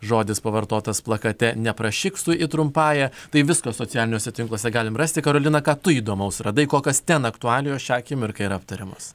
žodis pavartotas plakate neprašyk su i trumpąja tai visko socialiniuose tinkluose galim rasti karolina ką tu įdomaus radai ko kokios ten aktualijos šią akimirką ir aptariamos